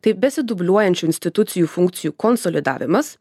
tai besidubliuojančių institucijų funkcijų konsolidavimas